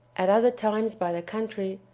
at other times by the country,